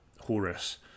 Horus